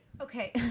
Okay